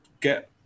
get